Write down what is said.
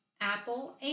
Apple